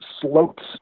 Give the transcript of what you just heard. slopes